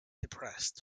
depressed